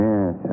Yes